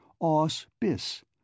os-bis